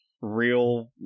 real